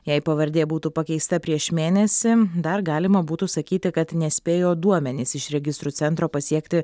jei pavardė būtų pakeista prieš mėnesį dar galima būtų sakyti kad nespėjo duomenys iš registrų centro pasiekti